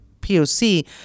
POC